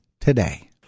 today